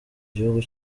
gihugu